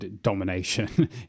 domination